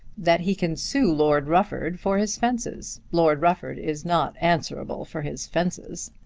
that he can sue lord rufford for his fences. lord rufford is not answerable for his fences.